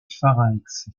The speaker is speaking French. pharynx